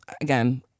again